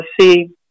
see